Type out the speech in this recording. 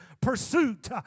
pursuit